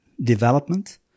development